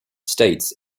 states